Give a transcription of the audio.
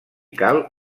cal